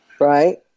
Right